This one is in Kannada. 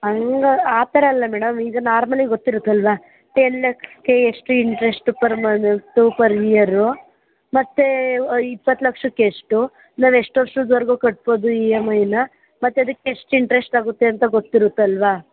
ಹಂಗ ಆ ಥರ ಅಲ್ಲ ಮೇಡಮ್ ಈಗ ನಾರ್ಮಲಿ ಗೊತ್ತಿರುತ್ತೆ ಅಲ್ಲವಾ ಟೆನ್ ಲ್ಯಾಕ್ಸಿಗೆ ಎಷ್ಟು interest per month per year ಮತ್ತು ಇಪ್ಪತ್ತು ಲಕ್ಷಕ್ಕೆ ಎಷ್ಟು ನಾವು ಎಷ್ಟು ವರ್ಷದವರ್ಗೂ ಕಟ್ಬೋದು ಇ ಎಮ್ ಐನ ಮತ್ತು ಅದಕ್ ಎಷ್ಟು ಇಂಟ್ರೆಸ್ಟ್ ಆಗುತ್ತೆ ಅಂತ ಗೊತ್ತಿರುತ್ತೆ ಅಲ್ಲವಾ